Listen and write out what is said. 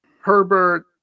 Herbert